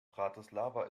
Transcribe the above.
bratislava